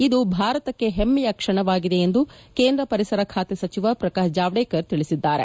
ಇದು ಭಾರತಕ್ಕೆ ಹೆಮ್ಮೆಯ ಕ್ಷಣವಾಗಿದೆ ಎಂದು ಕೇಂದ್ರ ಪರಿಸರ ಖಾತೆ ಸಚಿವ ಪ್ರಕಾಶ್ ಜಾವ್ಡೇಕರ್ ತಿಳಿಸಿದ್ದಾರೆ